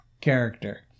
character